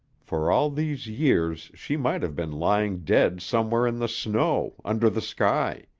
for all these years she might have been lying dead somewhere in the snow, under the sky.